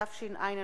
התש"ע 2010,